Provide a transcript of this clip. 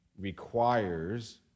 requires